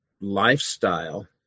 lifestyle